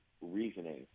reasoning